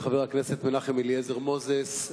חבר הכנסת מנחם אליעזר מוזס,